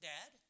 Dad